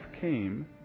came